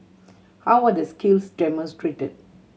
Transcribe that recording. how are the skills demonstrated